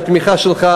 בתמיכה שלך,